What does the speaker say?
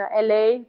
LA